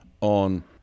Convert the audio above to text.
on